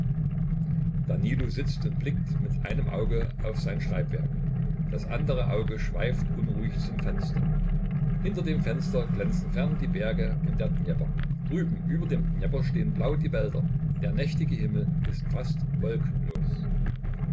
danilo sitzt und blickt mit einem auge auf sein schreibwerk das andere auge schweift unruhig zum fenster hinter dem fenster glänzen fern die berge und der dnjepr drüben über dem dnjepr stehen blau die wälder der nächtige himmel ist fast wolkenlos